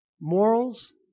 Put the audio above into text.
Morals